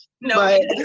no